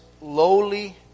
lowly